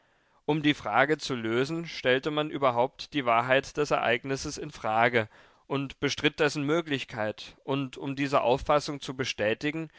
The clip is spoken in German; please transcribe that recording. um die frage zu lösen stellte man überhaupt die wahrheit des ereignisses in frage und bestritt dessen möglichkeit und um diese auffassung zu bestätigen